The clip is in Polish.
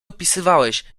opisywałeś